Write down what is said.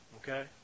Okay